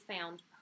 found